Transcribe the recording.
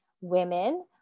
women